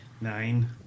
nine